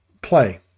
play